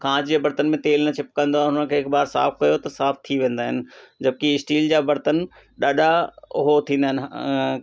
कांच जे बर्तन में तेलु न चिपकंदो आहे हुन खे हिकु बार साफ़ु कयो त साफ़ु थी वेंदा आहिनि जबकी स्टील जा बर्तन ॾाढा हो थींदा आहिनि